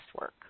work